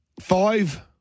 Five